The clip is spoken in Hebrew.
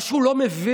מה שהוא לא מבין,